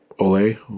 Ole